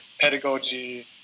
Pedagogy